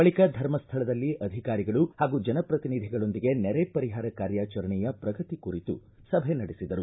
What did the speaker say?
ಬಳಕ ಧರ್ಮಸ್ಥಳದಲ್ಲಿ ಅಧಿಕಾರಿಗಳು ಹಾಗೂ ಜನಪ್ರತಿನಿಧಿಗಳೊಂದಿಗೆ ನೆರೆ ಪರಿಹಾರ ಕಾರ್ಯಾಚರಣೆಯ ಪ್ರಗತಿ ಕುರಿತು ಸಭೆ ನಡೆಸಿದರು